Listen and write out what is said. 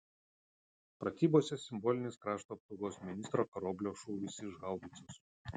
pratybose simbolinis krašto apsaugos ministro karoblio šūvis iš haubicos